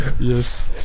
Yes